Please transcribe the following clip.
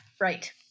Right